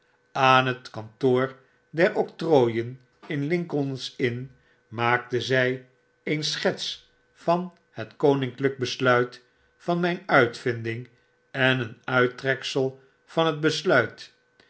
aan het kantoor der octrooien in lincoln's inn maakten zy een schets van het koninklyk besluit van myn uitvinding en een uittreksel van het besluit